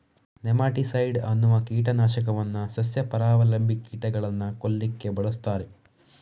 nematicide ಅನ್ನುವ ಕೀಟ ನಾಶಕವನ್ನ ಸಸ್ಯ ಪರಾವಲಂಬಿ ಕೀಟಗಳನ್ನ ಕೊಲ್ಲಿಕ್ಕೆ ಬಳಸ್ತಾರೆ